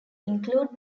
include